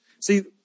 See